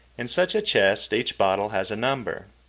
in such a chest each bottle has a number.